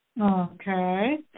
Okay